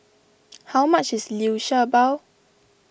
how much is Liu Sha Bao